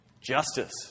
Justice